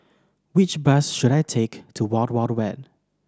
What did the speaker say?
which bus should I take to Wild Wild Wet